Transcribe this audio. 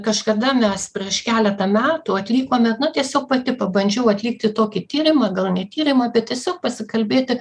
kažkada mes prieš keletą metų atvykome na tiesiog pati pabandžiau atlikti tokį tyrimą gal ne tyrimą bet tiesiog pasikalbėti